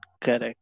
Correct